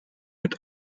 mit